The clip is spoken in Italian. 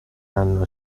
hanno